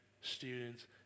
students